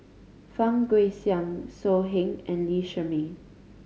Fang Guixiang So Heng and Lee Shermay